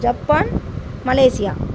Japan Malaysia